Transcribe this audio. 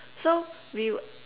so we wer~